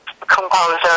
composer